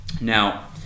Now